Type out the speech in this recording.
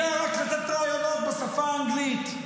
יודע רק לתת ראיונות בשפה האנגלית.